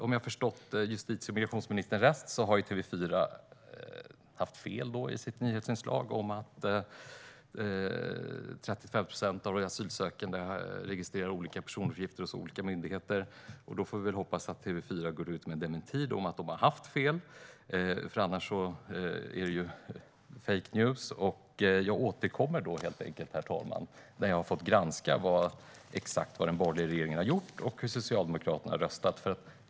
Om jag förstått justitie och migrationsministern rätt har TV4 haft fel i sitt nyhetsinslag om att 35 procent av de asylsökande registrerar olika personuppgifter hos olika myndigheter. Då får vi väl hoppas att TV4 går ut med en dementi om att de har haft fel. Annars är det fake news. Jag återkommer helt enkelt, herr talman, när jag har fått granska exakt vad den borgerliga regeringen har gjort och hur Socialdemokraterna har röstat.